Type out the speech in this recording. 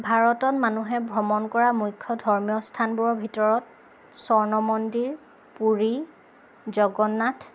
ভাৰতত মানুহে ভ্ৰমণ কৰা মুখ্য ধৰ্মীয় স্থানবোৰৰ ভিতৰত স্বৰ্ণ মন্দিৰ পুৰী জগন্নাথ